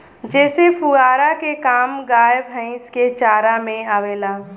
जेसे पुआरा के काम गाय भैईस के चारा में आवेला